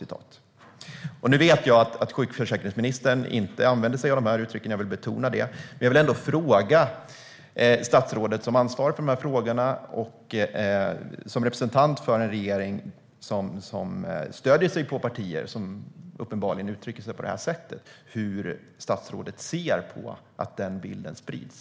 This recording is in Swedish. Nu vet jag att socialförsäkringsministern inte använder sig av de här uttrycken. Jag vill betona det. Men hon är ansvarig för de här frågorna och representerar en regering som stöder sig på partier som uppenbarligen uttrycker sig på det här sättet. Hur ser socialförsäkringsministern på att den bilden sprids?